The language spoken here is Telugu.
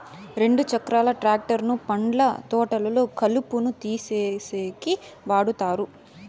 రెండు చక్రాల ట్రాక్టర్ ను పండ్ల తోటల్లో కలుపును తీసేసేకి వాడతారు